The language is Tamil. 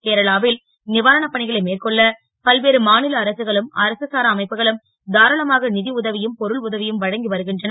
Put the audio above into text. கேரளாவில் வாரணப் பணிகளை மேற்கொள்ள பல்வேறு மா ல அரசுகளும் அரசு சாரா அமைப்புகளும் தாராளமாக உதவியும் பொருள் உதவியும் வழங்கி வருகின்றன